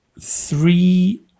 three